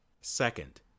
Second